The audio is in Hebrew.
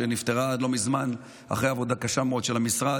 שנפתרה לא מזמן אחרי עבודה קשה מאוד של המשרד,